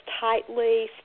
tightly